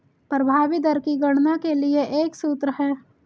प्रभावी दर की गणना के लिए एक सूत्र है